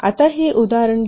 आता हे उदाहरण घेऊ